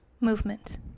movement